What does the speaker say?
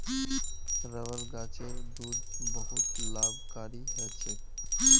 rubber गाछेर दूध बहुत लाभकारी ह छेक